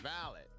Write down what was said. valid